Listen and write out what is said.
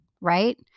right